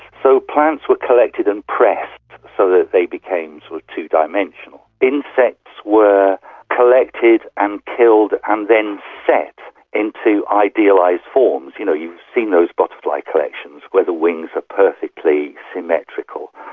so plants were collected and pressed so that they became so two-dimensional, insects were collected and killed and then set into idealised forms. you know, you've seen those butterfly collections where the wings are perfectly symmetrical,